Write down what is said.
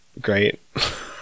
Great